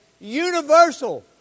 universal